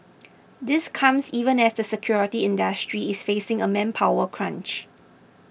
this comes even as the security industry is facing a manpower crunch